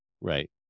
Right